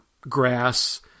grass